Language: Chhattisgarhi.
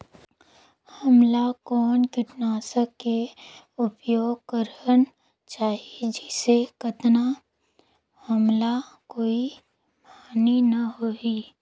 हमला कौन किटनाशक के उपयोग करन चाही जिसे कतना हमला कोई हानि न हो?